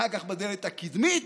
אחר כך בדלת הקדמית,